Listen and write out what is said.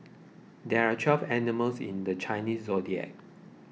there are twelve animals in the Chinese zodiac